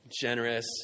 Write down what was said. generous